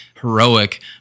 heroic